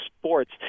sports